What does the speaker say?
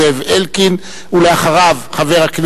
ובקבר רחל